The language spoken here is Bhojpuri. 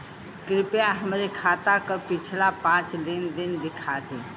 कृपया हमरे खाता क पिछला पांच लेन देन दिखा दी